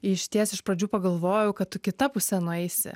išties iš pradžių pagalvojau kad tu kita puse nueisi